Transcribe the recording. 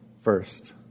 first